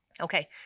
Okay